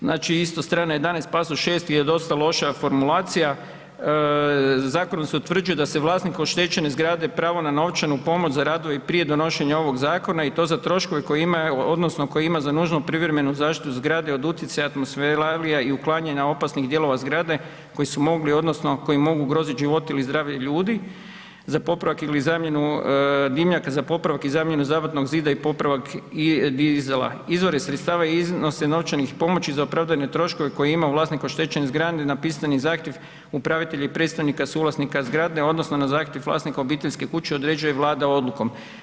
Znači isto strana 11 pasus 6 je dosta loša formulacija, zakonom se utvrđuje da se vlasnik oštećene zgrade pravo na novčanu pomoć za radove i prije donošenje ovog zakona i to za troškove koje ima, evo odnosno koje ima za nužno privremenu zaštitu zgrade od utjecaja atmosfelalija i uklanjanja opasnih dijelova zgrade koji su mogli odnosno koji mogu ugrozit život ili zdravlje ljudi za popravak ili zamjenu dimnjaka za popravak i zamjenu zabatnog zida i popravak … izvore sredstava i iznose novčanih pomoći za opravdane troškove koje ima vlasnik oštećene zgrade napisani zahtjev upravitelja i predstavnika suvlasnika zgrade odnosno na zahtjev vlasnika obiteljske kuće određuje Vlada odlukom“